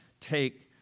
take